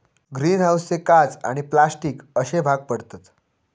green हाऊसचे काच आणि प्लास्टिक अश्ये भाग पडतत